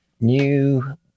new